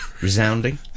Resounding